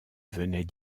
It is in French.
venait